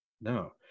no